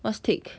what's take